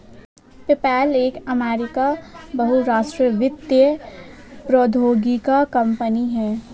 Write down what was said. PayPal एक अमेरिकी बहुराष्ट्रीय वित्तीय प्रौद्योगिकी कंपनी है